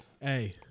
Hey